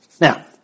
Now